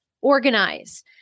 organize